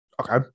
okay